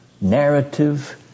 narrative